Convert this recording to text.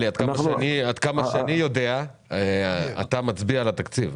עלי, עד כמה שאני יודע אתה מצביע על התקציב.